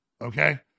Okay